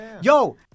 Yo